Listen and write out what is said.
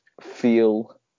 feel